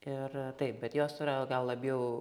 ir taip bet jos yra gal labiau